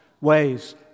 ways